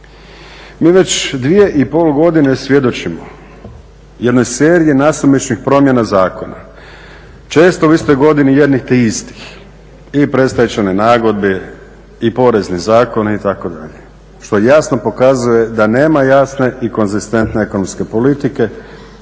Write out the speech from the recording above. Mi već 2,5 godine svjedočimo jednoj seriji nasumičnih promjena zakona. Često u istoj godini jednih te istih, ili predstečajne nagodbe i porezne zakone itd. što jasno pokazuje da nema jasne i konzistentne ekonomske politike